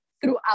throughout